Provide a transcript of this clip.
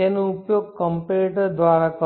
તેનો ઉપયોગ કંપેરેટર દ્વારા કરો